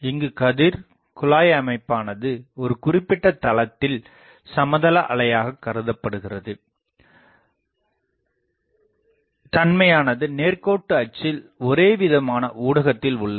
இங்குக் கதிர்குழாய் அமைப்பானது ஒரு குறிப்பிட்ட தளத்தில் சமதள அலையாகக் காணப்படுகிறது தன்மையானது நேர்கோட்டு அச்சில் ஒரேவிதமான ஊடகத்தில் உள்ளது